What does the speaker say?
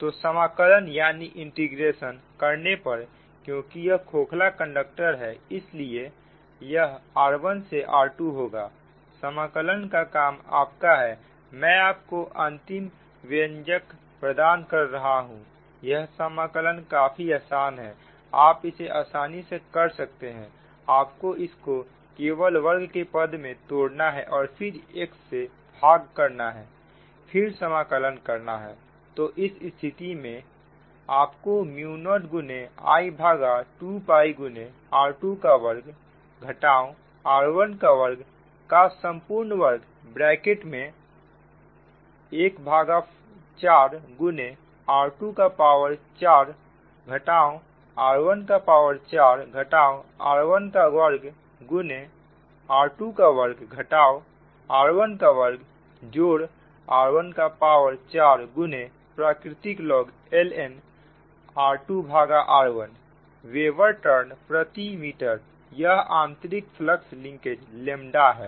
तो समाकलन करने पर क्योंकि यह खोखला कंडक्टर है इसलिए यह r1 से r2 होगा समाकलन का काम आपका है मैं आपको अंतिम व्यंजक प्रदान कर रहा हूं यह समाकलन काफी आसान है आप इसे आसानी से कर सकते हैं आपको इसको केवल वर्ग के पद में तोड़ना है और फिर x से भागा करना है फिर समाकलन करना है तो इस स्थिति में आपको म्यु नोड गुने I भागा 2 गुने r2 का वर्ग घटाओ r1 का वर्ग का संपूर्ण वर्ग ब्रैकेट में ¼ गुने r2 का पावर 4 घटाओ r1 का पावर 4 घटाओ r1 का वर्ग गुने r2 का वर्ग घटाओ r1 का वर्ग जोड़ r1 का पावर 4 गुने प्राकृतिक log ln r2r1 weber turn प्रति मीटर यह आंतरिक फ्लक्स लिंकेज लेम्डा है